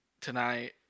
tonight